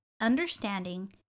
understanding